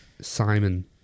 Simon